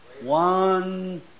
one